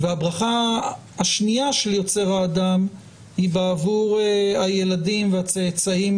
הברכה השנייה של יוצר האדם היא בעבור הילדים והצאצאים